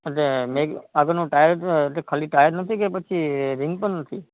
એટલે મેગ આગળનું ટાયર અઅ ખાલી ટાયર નથી કે પછી રિંગ પણ નથી